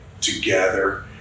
together